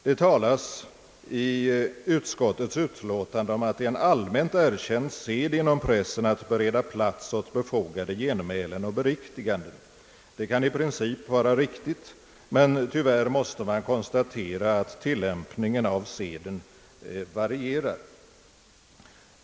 Det talas i utskottets utlåtande om att det är en allmänt erkänd sed inom pressen att bereda plats för befogade genmälen och beriktiganden. Det kan i princip vara riktigt, men tyvärr måste man konstatera att tillämpningen av seden varierar.